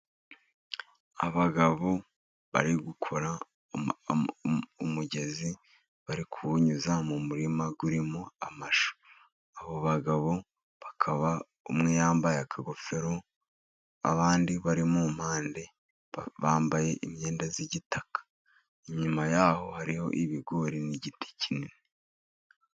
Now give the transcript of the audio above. Abagabo bari gukora umugezi bari kuwunyuza mu murima urimo amashu. Abo bagabo bakaba umwe yambaye akagofero, abandi bari mu mpande bambaye imyenda y'igitaka. Inyuma yaho hariho ibigori n'igiti kinini.